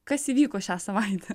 kas įvyko šią savaitę